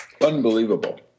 Unbelievable